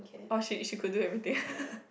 oh she she could do everything